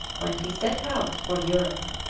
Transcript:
when he set out for europe.